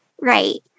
Right